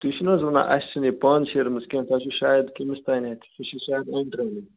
تُہۍ چھو نہ حظ ونان اسہِ چھنہٕ یہِ پانہٕ شیرمٕژ کیٚنٛہہ تۄہہِ چھِو شاید کٔمِس تٲنۍ اتھۍ سُہ چھُ شایِد اَنٹرینڈٕے